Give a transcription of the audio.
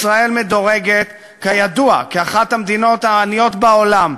ישראל מדורגת, כידוע, כאחת המדינות העניות בעולם.